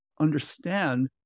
understand